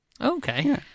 Okay